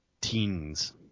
teens